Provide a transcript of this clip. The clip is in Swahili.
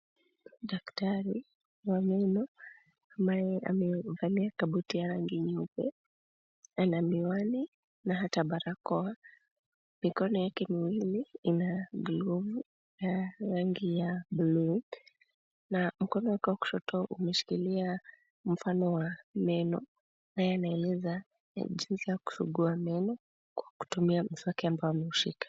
Daktari wa meno ambaye amevalia kabuti ya rangi nyeupe. Ana miwani na hata barakoa. Mikono yake miwili ina glovu ya rangi ya bluu na mkono wake wa kushoto umeshikilia mfano wa meno . Anaeleza jinsi ya kusugua meno kwa kutumia mswaki ameushika.